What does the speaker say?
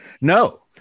no